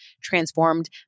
transformed